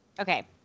Okay